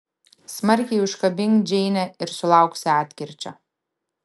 smarkiai užkabink džeinę ir sulauksi atkirčio